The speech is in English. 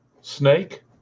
snake